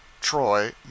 Troy